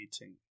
meeting